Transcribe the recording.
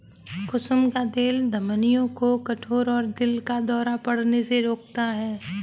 कुसुम का तेल धमनियों को कठोर और दिल का दौरा पड़ने से रोकता है